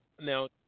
now